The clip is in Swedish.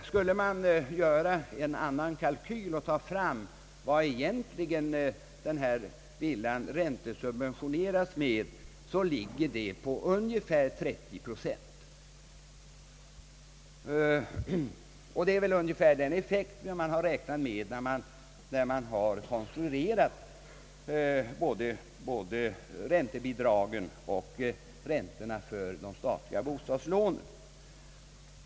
Skulle man göra en annan kalkyl och räkna fram vad denna villa egentligen räntesubventioneéras med, så skulle man finna ett belopp som skulle ligga på ungefär 30 procent. Det är väl också ungefär den effekten man har räknat med när man har konstruerat såväl räntebidragen som räntorna för de statliga bostadslånen.